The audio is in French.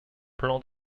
plan